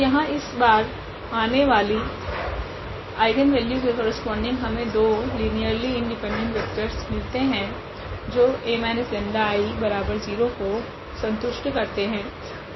तो यहाँ इस बार आने वाली आइगनवेल्यू के करस्पोंडिंग हमे दो लीनियरली इंडिपेंडेंट वेक्टरस मिलते है जो A 𝜆I0 को संतुष्ट करते है